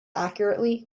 accurately